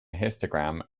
histogram